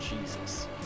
Jesus